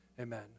amen